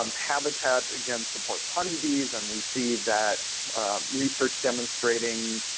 um habitat, again, supports honeybees, and we see that research demonstrating